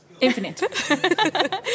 infinite